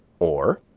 or,